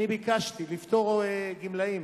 אני ביקשתי לפטור גמלאים